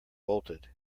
bolted